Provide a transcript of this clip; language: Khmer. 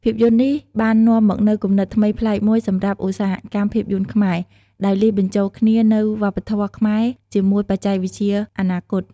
ភាពយន្តនេះបាននាំមកនូវគំនិតថ្មីប្លែកមួយសម្រាប់ឧស្សាហកម្មភាពយន្តខ្មែរ ដោយលាយបញ្ចូលគ្នានូវវប្បធម៌ខ្មែរជាមួយបច្ចេកវិទ្យាអនាគត ។